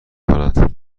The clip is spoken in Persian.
کند